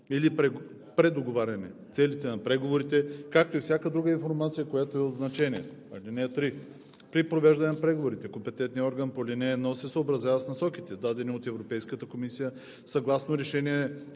или предоговаряне, целите на преговорите, както и всяка друга информация, която е от значение. (3) При провеждане на преговорите компетентният орган по ал. 1 се съобразява с насоките, дадени от Европейската комисия, съгласно Решение